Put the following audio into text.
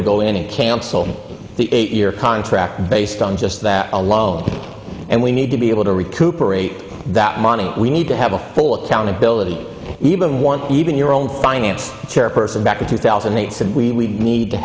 to go in and cancel the eight year contract based on just that alone and we need to be able to recuperate that money we need to have a full accountability even one even your own finance chairperson back in two thousand and eight said we need to